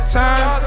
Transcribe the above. time